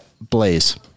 blaze